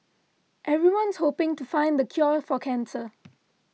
everyone's hoping to find the cure for cancer